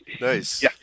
Nice